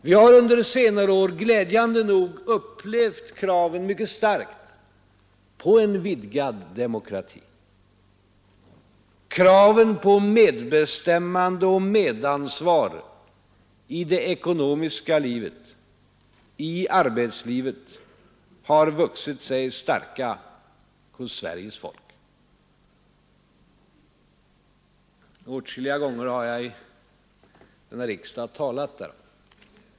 Vi har under senare år mycket starkt upplevt kraven på vidgad demokrati. Kraven på medbestämmande och medansvar i det ekonomiska livet och i arbetslivet har vuxit sig starka hos Sveriges folk. Jag har åtskilliga gånger talat därom i denna riksdag.